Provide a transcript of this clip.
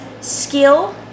skill